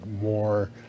more